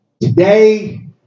today